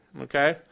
okay